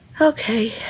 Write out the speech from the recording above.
Okay